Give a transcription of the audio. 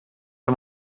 amb